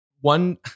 one